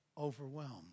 overwhelmed